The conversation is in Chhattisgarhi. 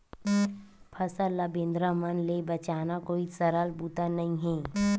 फसल ल बेंदरा मन ले बचाना कोई सरल बूता नइ हे